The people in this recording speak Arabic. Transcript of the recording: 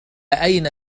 أين